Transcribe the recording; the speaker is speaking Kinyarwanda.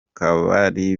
kabari